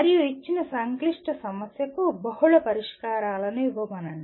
మరియు ఇచ్చిన సంక్లిష్ట సమస్యకు బహుళ పరిష్కారాలను ఇవ్వండి